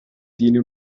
tiene